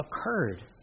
occurred